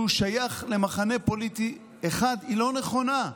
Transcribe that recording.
הוא שייך למחנה פוליטי אחד היא לא נכונה.